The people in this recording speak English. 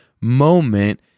moment